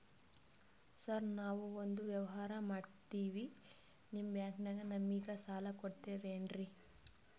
Sir ನಾವು ಒಂದು ವ್ಯವಹಾರ ಮಾಡಕ್ತಿವಿ ನಿಮ್ಮ ಬ್ಯಾಂಕನಾಗ ನಮಿಗೆ ಸಾಲ ಕೊಡ್ತಿರೇನ್ರಿ?